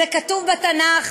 זה כתוב בתנ"ך